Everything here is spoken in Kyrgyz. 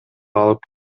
алып